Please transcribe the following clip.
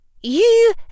You